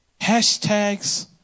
Hashtags